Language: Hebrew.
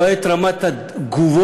רואה את רמת התגובות.